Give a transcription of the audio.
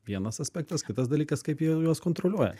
vienas aspektas kitas dalykas kaip jie juos kontroliuoja